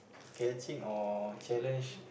catching or challenge